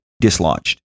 dislodged